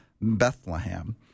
Bethlehem